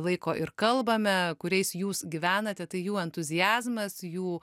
laiko ir kalbame kuriais jūs gyvenate tai jų entuziazmas jų